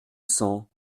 cents